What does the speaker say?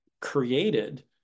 created